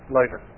later